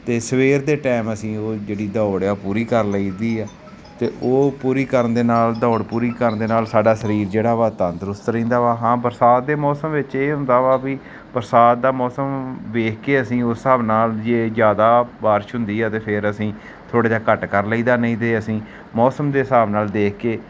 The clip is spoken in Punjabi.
ਅਤੇ ਸਵੇਰ ਦੇ ਟਾਈਮ ਅਸੀਂ ਉਹ ਜਿਹੜੀ ਦੌੜ ਆ ਉਹ ਪੂਰੀ ਕਰ ਲਈਦੀ ਆ ਅਤੇ ਉਹ ਪੂਰੀ ਕਰਨ ਦੇ ਨਾਲ ਦੌੜ ਪੂਰੀ ਕਰਨ ਦੇ ਨਾਲ ਸਾਡਾ ਸਰੀਰ ਜਿਹੜਾ ਵਾ ਤੰਦਰੁਸਤ ਰਹਿੰਦਾ ਵਾ ਹਾਂ ਬਰਸਾਤ ਦੇ ਮੌਸਮ ਵਿੱਚ ਇਹ ਹੁੰਦਾ ਵਾ ਵੀ ਬਰਸਾਤ ਦਾ ਮੌਸਮ ਵੇਖ ਕੇ ਅਸੀਂ ਉਸ ਹਿਸਾਬ ਨਾਲ ਜੇ ਜ਼ਿਆਦਾ ਬਾਰਿਸ਼ ਹੁੰਦੀ ਹੈ ਤਾਂ ਫਿਰ ਅਸੀਂ ਥੋੜ੍ਹਾ ਜਿਹਾ ਘੱਟ ਕਰ ਲਈਦਾ ਨਹੀਂ ਤਾਂ ਅਸੀਂ ਮੌਸਮ ਦੇ ਹਿਸਾਬ ਨਾਲ ਦੇਖ ਕੇ